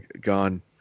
Gone